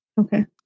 Okay